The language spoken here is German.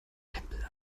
tempel